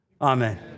Amen